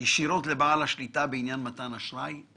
ישירות לבעל השליטה בעניין מתן אשראי?